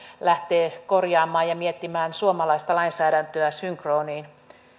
lähtee korjaamaan ja miettimään suomalaista lainsäädäntöä synkroniin